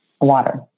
water